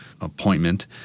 appointment